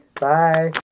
Bye